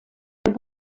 der